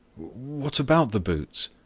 what about the boots?